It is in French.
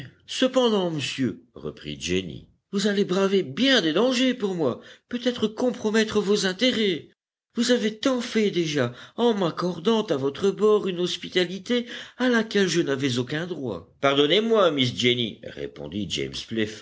cependant monsieur reprit jenny vous allez braver bien des dangers pour moi peut-être compromettre vos intérêts vous avez tant fait déjà en m'accordant à votre bord une hospitalité à laquelle je n'avais aucun droit ardonnez moi miss jenny répondit james